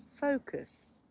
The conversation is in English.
focus